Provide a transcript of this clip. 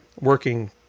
working